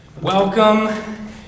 Welcome